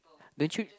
don't you